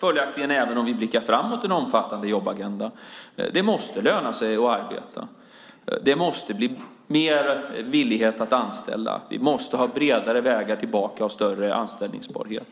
Följaktligen har vi, även när vi blickar framåt, en omfattande jobbagenda. Det måste löna sig att arbeta. Det måste bli en större villighet att anställa. Vi måste ha bredare vägar tillbaka och större anställningsbarhet.